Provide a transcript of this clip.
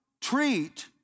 Treat